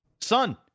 son